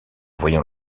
voyant